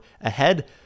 ahead